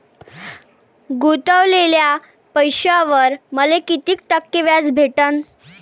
गुतवलेल्या पैशावर मले कितीक टक्के व्याज भेटन?